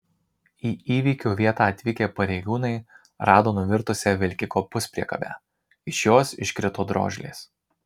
į įvykio vietą atvykę pareigūnai rado nuvirtusią vilkiko puspriekabę iš jos iškrito drožlės